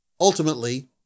Ultimately